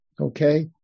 Okay